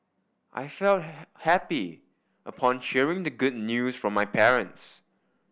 I felt happy upon hearing the good news from my parents